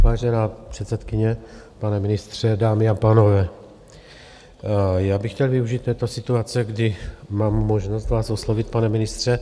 Vážená předsedkyně, pane ministře, dámy a pánové, já bych chtěl využít této situace, kdy mám možnost vás oslovit, pane ministře.